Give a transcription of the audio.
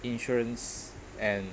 insurance and